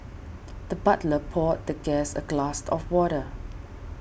the butler poured the guest a glass of water